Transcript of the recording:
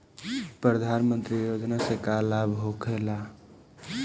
प्रधानमंत्री योजना से का लाभ होखेला?